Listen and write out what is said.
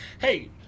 Hey